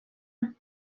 data